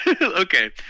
okay